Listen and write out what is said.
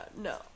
no